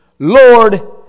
Lord